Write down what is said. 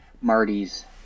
Marty's